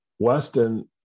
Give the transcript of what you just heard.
Weston